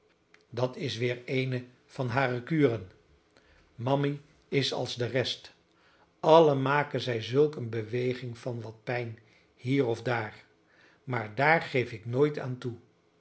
dat is weer eene van hare kuren mammy is als al de rest allen maken zij zulk een beweging van wat pijn hier of daar maar daar geef ik nooit aan